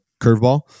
curveball